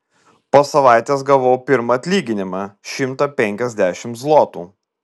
po savaitės gavau pirmą atlyginimą šimtą penkiasdešimt zlotų